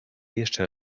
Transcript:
jeszcze